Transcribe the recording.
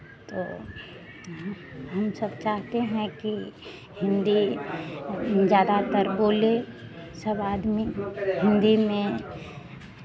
तो हम सब चाहते हैं कि हिन्दी ज़्यादातर बोले सब आदमी हिन्दी में